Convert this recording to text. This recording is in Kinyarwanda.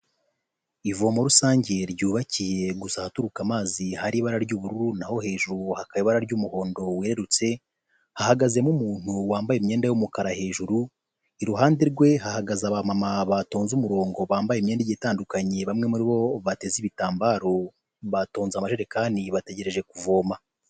Ivomo rusange ry'ubakiye gusa ahaturuka amazi hari ibara ry'ubururu naho hejuru hakaba ibara ry'umuhondo werurutse, hahagazemo umuntu wambaye imyenda y'umukara hejuru, i ruhande rwe hahagaze aba mama batonze umurongo bambaye imyenda itandukanye bamwe muri bo bateze ibitambaro batonze amajerekani bategereje kuvoma.